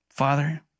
Father